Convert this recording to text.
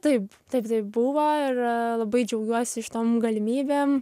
taip taip taip buvo ir labai džiaugiuosi šitom galimybėm